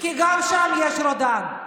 כי גם שם יש רודן.